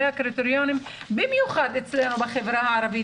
הקריטריונים במיוחד אצלנו בחברה הערבית.